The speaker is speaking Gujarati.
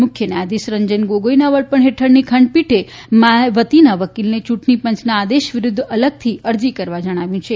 મુખ્ય ન્યાયાધીશ રંજન ગોગોઇના વડપણ હેઠળની ખંડપીઠે માયાવતીના વકીલને ચૂંટણી પંચના આદેશ વિરૂદ્ધ અલગથી અરજી કરવા જણાવ્યું છે